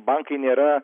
balkiai nėra